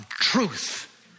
truth